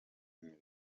imirimo